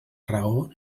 raó